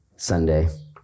Sunday